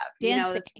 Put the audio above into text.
dancing